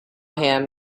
him